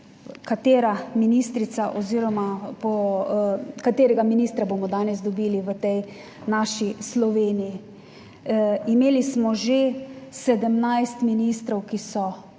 katera ministrica oziroma katerega ministra bomo danes dobili v tej naši Sloveniji. Imeli smo že 17 ministrov, ki so